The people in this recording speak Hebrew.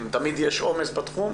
אם תמיד יש עומס בתחום,